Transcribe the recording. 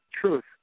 truth